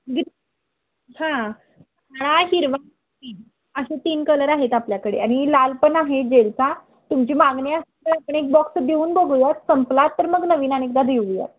गि हां ळा हिरवा तीन असे तीन कलर आहेत आपल्याकडे आणि लाल पण आहे जेलचा तुमची मागणी असल्या आपण एक बॉक्स देऊन बघूया संपला तर मग नवीन आणि एकदा देऊया